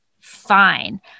Fine